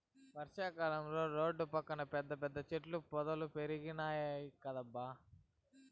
వర్షా కాలంలో రోడ్ల పక్కన పెద్ద పెద్ద చెట్ల పొదలు పెరిగినాయ్ కదబ్బా